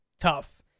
tough